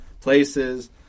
places